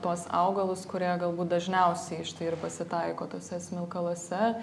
tuos augalus kurie galbūt dažniausiai štai ir pasitaiko tuose smilkaluose